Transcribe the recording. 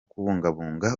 kubungabunga